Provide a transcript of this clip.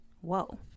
whoa